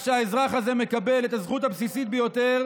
שהאזרח הזה מקבל את הזכות הבסיסית ביותר,